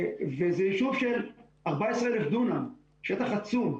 וזה יישוב של 14,000 דונם, שטח עצום.